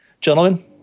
Gentlemen